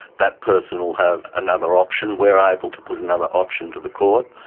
that person will have another option. we're able to put another option to the court,